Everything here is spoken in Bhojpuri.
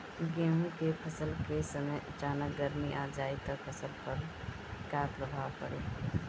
गेहुँ के फसल के समय अचानक गर्मी आ जाई त फसल पर का प्रभाव पड़ी?